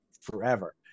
forever